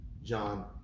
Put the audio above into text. John